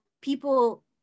people